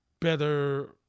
better